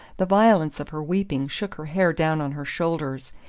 the violence of her weeping shook her hair down on her shoulders,